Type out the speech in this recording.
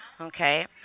okay